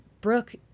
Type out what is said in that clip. Brooke